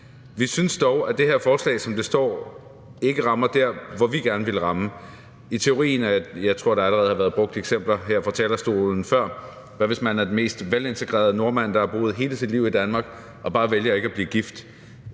Vi synes dog, at forslaget, som det er her, ikke rammer der, hvor vi gerne vil ramme. Jeg tror, der allerede har været brugt eksempler her fra talerstolen før: Hvis man er den mest velintegrerede nordmand, der har boet hele sit liv i Danmark og bare vælger ikke at blive gift,